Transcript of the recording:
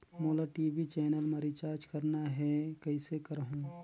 मोला TV channel मा recharge करना हे, कइसे करहुँ?